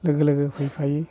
लोगो लोगो फैखायो